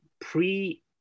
pre